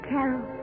Carol